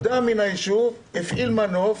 אדם מין היישוב הפעיל מנוף,